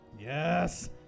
Yes